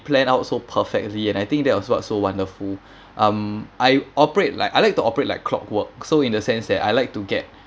planned out so perfectly and I think that was what so wonderful um I operate like I like to operate like clockwork so in the sense that I like to get